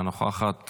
אינה נוכחת.